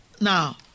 now